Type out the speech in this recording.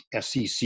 SEC